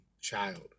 child